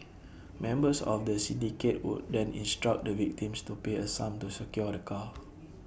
members of the syndicate would then instruct the victims to pay A sum to secure the car